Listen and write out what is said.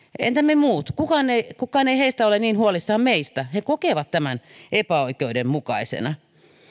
entä me muut kukaan heistä ei ole niin huolissaan meistä he kokevat tämän epäoikeudenmukaisena